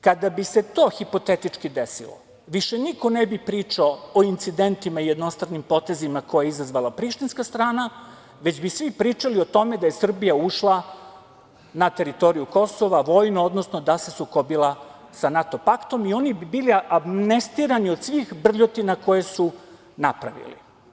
Kada bi se to hipotetički desilo više niko ne bi pričao o incidentima i jednostranim potezima koje je izazvala prištinska strana, već bi svi pričali o tome da je Srbija ušla na teritoriju Kosova vojno, odnosno da se sukobila sa NATO paktom i oni bi bili amnestirani od svih brljotina koje su napravili.